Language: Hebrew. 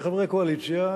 כחברי קואליציה,